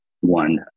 one